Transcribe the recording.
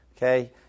Okay